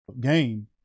Game